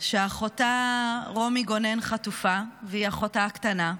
שאחותה רומי גונן חטופה, היא אחותה הקטנה,